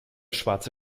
schwarze